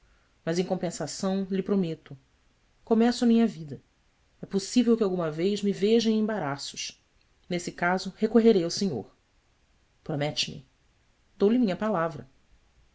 mas em compensação lhe prometo começo a minha vida é possível que alguma vez me veja em embaraços nesse caso recorrerei ao senhor romete me ou lhe minha palavra